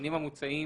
התיקונים המוצעים